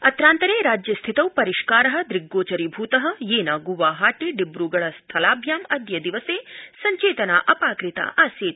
अत्रान्तरे राज्य स्थितौ परिष्कार दृग्गोचरीभृत येन ग्वाहाटी डिब्रगढ़ स्थलाभ्यां अद्य दिवसे संचेतना अपाकृता आसीत्